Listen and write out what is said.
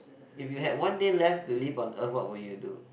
if you have one day left to live on earth what would you do